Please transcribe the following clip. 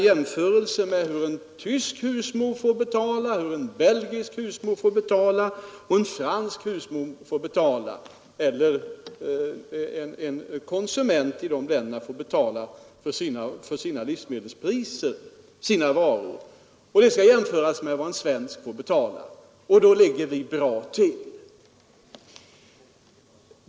Jämför man med vad husmödrarna och övriga konsumenter i Tyskland, Belgien och Frankrike får betala för livsmedlen finner man att våra priser inte är så höga.